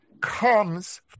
comes